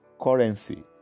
currency